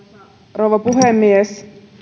rouva puhemies